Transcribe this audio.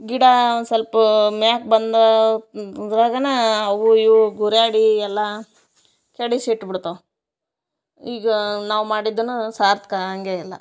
ಗಿಡ ಒಂದು ಸಲ್ಪ ಮ್ಯಾಲ್ ಬಂದು ಅದ್ರಾಗೇನ ಅವು ಇವು ಗುರ್ಯಾಡಿ ಎಲ್ಲ ಕೆಡಿಸ್ ಇಟ್ಬಿಡ್ತವೆ ಈಗ ನಾವು ಮಾಡಿದ್ದನ್ನು ಸಾರ್ಥಕ ಹಂಗೆಯಿಲ್ಲ